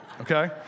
okay